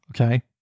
okay